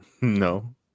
No